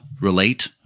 relate